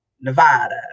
Nevada